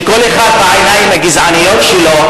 שכל אחד בעיניים הגזעניות שלו,